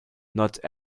not